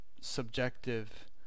subjective